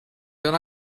that